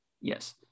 Yes